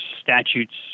statutes